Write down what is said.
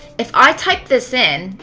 if i type this in,